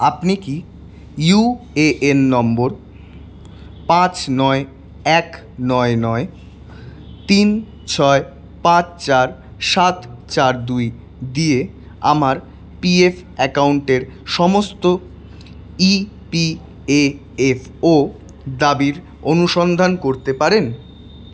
আপনি কি U A N number পাঁচ নয় এক নয় নয় তিন ছয় পাঁচ চার সাত চার দুই দিয়ে আমার পি এফ অ্যাকাউন্টের সমস্ত ই পি এফ ও দাবির অনুসন্ধান করতে পারেন